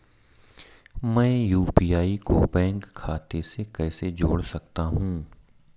मैं यू.पी.आई को बैंक खाते से कैसे जोड़ सकता हूँ?